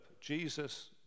Jesus